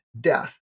death